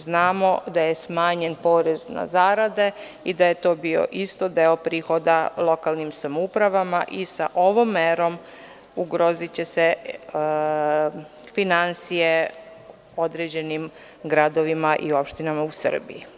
Znamo da je smanjen porez na zarade i da je to bio isto deo prihoda lokalnim samoupravama i sa ovom merom ugroziće se finansije određenim gradovima i opštinama u Srbiji.